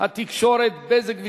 התקשורת (בזק ושידורים)